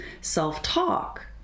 self-talk